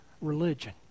religion